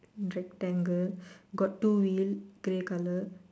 rectangle got two wheel grey colour